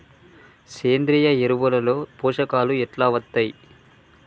సేంద్రీయ ఎరువుల లో పోషకాలు ఎట్లా వత్తయ్?